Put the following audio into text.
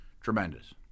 Tremendous